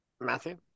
Matthew